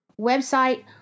website